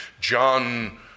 John